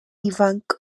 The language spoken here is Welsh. ifanc